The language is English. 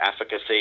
efficacy